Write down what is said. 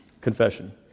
Confession